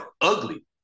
ugly